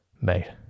Mate